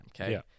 Okay